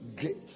great